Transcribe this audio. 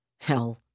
Hell